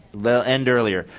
we'll end earlier.